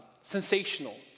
sensational